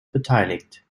beteiligt